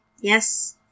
yes